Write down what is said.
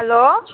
hello